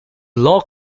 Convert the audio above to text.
law